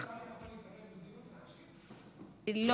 היושבת-ראש, שר יכול להתערב בדיון ולהשיב?